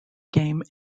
game